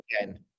again